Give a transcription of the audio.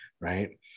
right